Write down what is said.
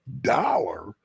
dollar